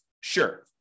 Sure